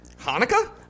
Hanukkah